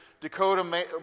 Dakota